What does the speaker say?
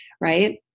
right